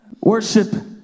Worship